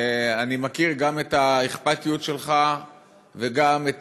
אני מכיר גם את האכפתיות שלך וגם את